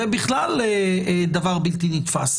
זה בכלל דבר בלתי נתפס.